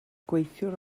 gweithiwr